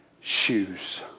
shoes